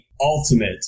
ultimate